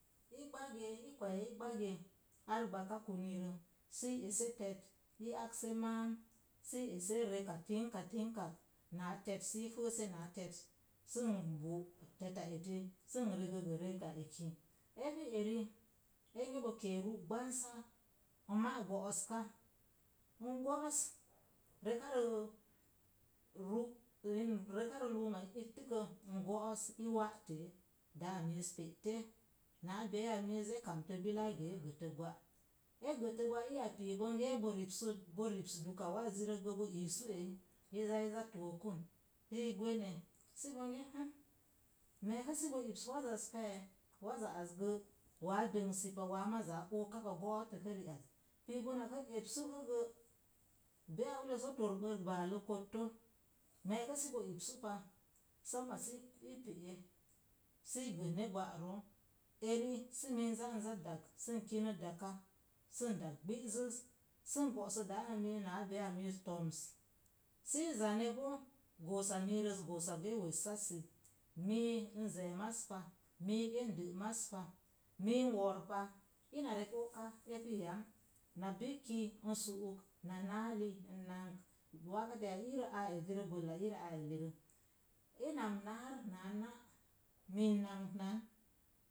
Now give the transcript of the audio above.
I gbage, i kwe̱e̱ i gbage ar gbaka kunirə sii esə tet, i agse maam, si esə reka tingka-tingkak naa tet sii fəəse naa tet sən bol teta eti sən regə gə reka eki. Epi eri, enge bo kee ru’ gbansa, n ma’ go'oska, n go̱'o̱s rekarə ru’ in rekarə lumai ittəkə n go̱'o̱s i wa'tee. Daaa milz pe'te naa beiya miiz e kamtə bila e gəə e gətə gwa. e gətə gwa iya pii bonge boribsə, bo ribs duka wazzirək gə bo lisu eyi i zaa i tookən, sii gwene sə bonge, tim’ me̱e̱ka səbo ips wazaz pa ye̱', waza azsə waa dəngsi pa waa mazaa okapa go̱'o̱’ təpu ri'az pii bo naka ipsugə, beiya ulləz ka tor bər baalə kotto, me̱e̱pu sə bo ipsu pa. Sommosi i pe'e sii gənne gwa roo. Eri si mii zaa nza dag, sən kinə daka, sən dag gbi'zəz sən golsə daaa miiz naa beiya miiz to̱mssii zane bo. Goosa miirəs goosa see wessassi. Mii n ze̱e̱ maz pa, mii ge ndəl maz pa, mii n wo̱r pa. Ina rek o'ka epu yam, na bikki n su'uk na naali n namka wakkatiya iirə aa ezirəgə, bəlla iirə a'a elirə i nam naar naa na', mii n namep nan